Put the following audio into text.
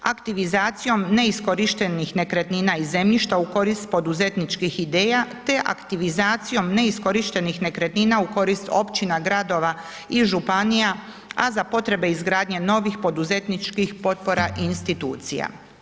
Aktivizacijom neiskorištenih nekretnina i zemljišta u korist poduzetničkih ideja te aktivizacijom neiskorištenih nekretnina u korist općina, gradova i županija, a za potrebe izgradnje novih poduzetničkih potpora i institucija.